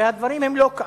והדברים הם לא כך.